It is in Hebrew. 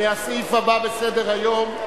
והסעיף הבא בסדר-היום: